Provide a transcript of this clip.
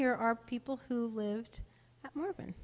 here are people who lived